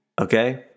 Okay